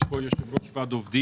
יש פה את יושב-ראש ועד העובדים.